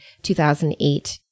2008